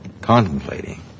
contemplating